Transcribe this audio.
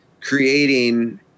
creating